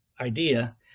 idea